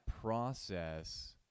process